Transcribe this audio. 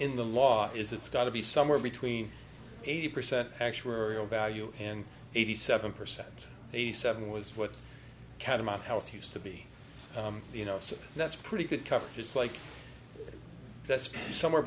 in the law is it's got to be somewhere between eighty percent actuarial value and eighty seven percent eighty seven was what catamount health used to be you know so that's pretty good coverage just like that's somewhere